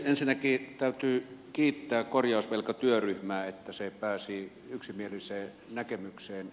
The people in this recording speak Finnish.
ensinnäkin täytyy kiittää korjausvelkatyöryhmää että se pääsi yksimieliseen näkemykseen